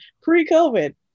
pre-covid